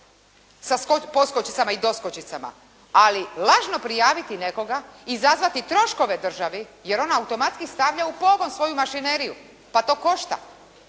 sa poskočicama i doskočicama. Ali lažno prijaviti nekoga, izazvati troškove državi jer ona automatski stavlja u pogon svoju mašineriju, pa to košta